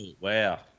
wow